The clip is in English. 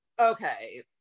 okay